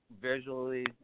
visually